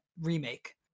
Remake